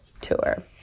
Tour